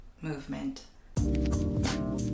movement